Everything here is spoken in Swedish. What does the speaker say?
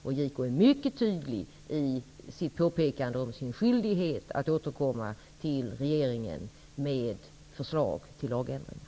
JK är också mycket tydlig i sitt påpekande om sin skyldighet att återkomma till regeringen med förslag till lagändringar.